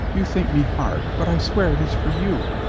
you think me hard, but i swear it is for you.